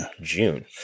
June